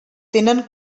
tenen